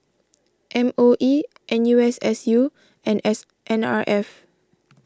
M O E N U S S U and S N R F